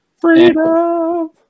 Freedom